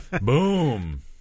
Boom